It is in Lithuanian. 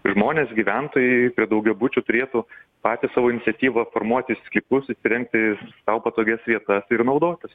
žmonės gyventojai prie daugiabučių turėtų patys savo iniciatyva formuoti skypus įsirengti sau patogias vietas ir naudotis